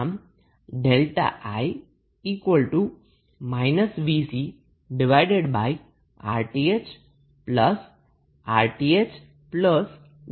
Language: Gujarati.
આમ 𝛥𝐼 ની કિંમત I VcRThRThΔR હોવી જોઈએ